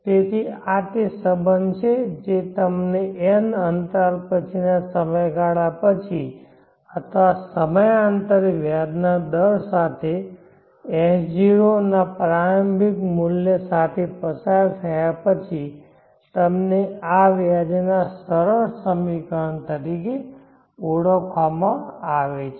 તેથી આ તે સંબંધ છે જે તમને n અંતરાલ પછીના સમયગાળા પછી અથવા સમયાંતરે વ્યાજના દર સાથે અને S0 ના પ્રારંભિક મૂલ્ય સાથે પસાર થયા પછી તમને આ વ્યાજના સરળ સમીકરણ તરીકે ઓળખવામાં આવે છે